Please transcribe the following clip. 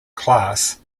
class